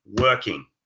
working